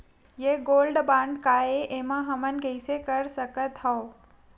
ये gold bond काय ए एमा हमन कइसे कर सकत हव?